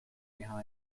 behind